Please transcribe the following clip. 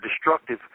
destructive